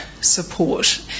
support